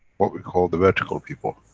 what we call, the vertical people.